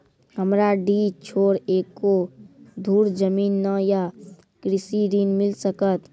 हमरा डीह छोर एको धुर जमीन न या कृषि ऋण मिल सकत?